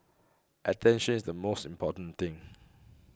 attention is the most important thing